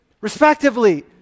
respectively